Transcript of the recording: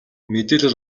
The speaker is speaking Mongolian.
мэдээлэл